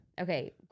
okay